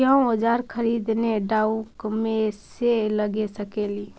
क्या ओजार खरीदने ड़ाओकमेसे लगे सकेली?